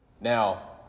Now